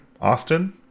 Austin